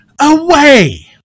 away